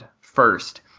First